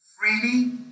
Freely